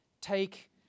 take